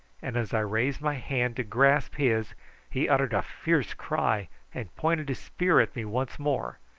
and as i raised my hand to grasp his he uttered a fierce cry and pointed his spear at me once more,